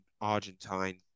Argentine